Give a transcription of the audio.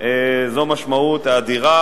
זו משמעות אדירה,